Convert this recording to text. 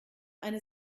eine